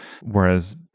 Whereas